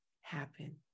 happen